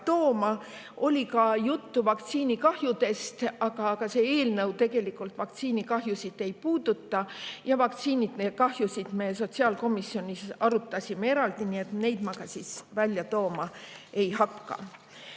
tooma. Oli ka juttu vaktsiinikahjudest, aga see eelnõu tegelikult vaktsiinikahjusid ei puuduta ja vaktsiinikahjusid me sotsiaalkomisjonis arutasime eraldi, nii et neid ma ka välja tooma ei hakka.